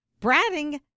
bratting